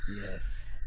Yes